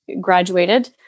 graduated